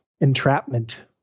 entrapment